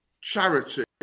charity